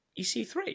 EC3